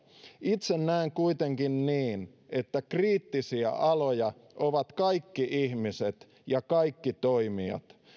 itse näen kuitenkin että kriittisiä aloja ovat kaikki ihmiset ja kaikki toimijat